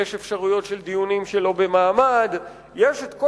יש אפשרויות של דיונים שלא במעמד,